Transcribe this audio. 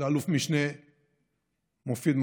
לאלוף משנה מופיד מרעי.